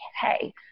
hey